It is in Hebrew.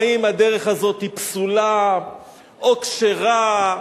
האם הדרך הזאת היא פסולה או כשרה.